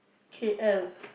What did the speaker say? K_L